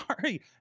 Sorry